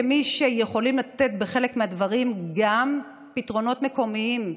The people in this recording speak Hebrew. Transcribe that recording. כמי שיכולים לתת בחלק מהדברים גם פתרונות מקומיים,